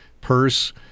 purse